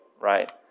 right